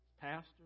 pastor